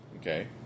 Okay